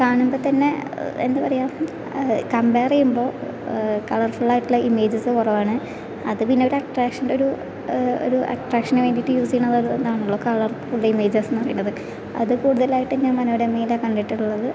കാണുമ്പോൾ തന്നെ എന്താ പറയുക കംപയർ ചെയ്യുമ്പോൾ കളർ ഫുള്ളായിട്ടുള്ള ഇമേജസ് കുറവാണ് അത് പിന്നെ ഒരട്രാക്ഷൻൻ്റെ ഒരു ഒരു അട്രാക്ഷന് വേണ്ടിയിട്ട് യൂസ് ചെയ്യണ ഇതാണല്ലോ കളർ ഫുൾ ഇമേജസ് എന്ന് പറയണത് അത് കൂടുതലായിട്ടും ഞാൻ മനോരമയിലാണ് കണ്ടിട്ടുള്ളത്